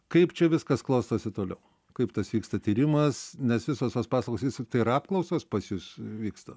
kaip čia viskas klostosi toliau kaip tas vyksta tyrimas nes visos tos paslaugos vis tiktai ir apklausos pas jus vyksta